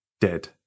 Dead